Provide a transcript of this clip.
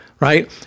Right